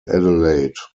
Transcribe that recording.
adelaide